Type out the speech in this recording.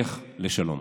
לך לשלום.